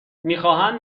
میخواهند